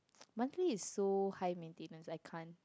monthly is so high maintenance I can't